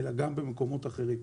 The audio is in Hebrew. אלא גם במקומות אחרים.